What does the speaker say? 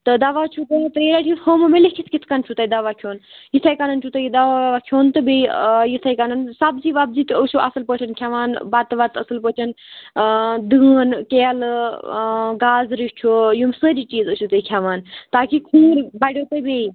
تہٕ دَوا چھُو تۄہہِ ترٛیٚیہِ لَٹہِ یہِ تھوٚومَو مےٚ لیٖکھِت کِتھٕ کٔنۍ چھُ تۄہہِ دَوا کھیٚون یِتھٕے کٔنۍ چھُ تۄہہِ دَوا وَوا کھیٚون تہٕ بیٚیہِ آ یِتھٕے کٔنۍ سبزی وَبزی تہِ ٲسِو اَصٕل پٲٹھۍ کھیٚوان بتہٕ وَتہٕ اَصٕل پٲٹھۍ آ دٲن کیلہٕ آ گازرِ چھُ یِم سٲری چیٖز ٲسِو تُہۍ کھیٚوان تاکہِ خوٗن بَڈیٚو تۄہہِ بیٚیہِ